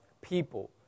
people